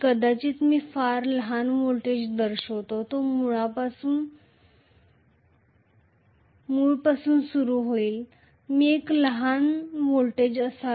कदाचित मी फारच लहान व्होल्टेज दर्शवावा तो मुळापासून सुरू होत नाही अवशिष्ट प्रवाह असल्यास माझ्याकडे एक लहान व्होल्टेज असावा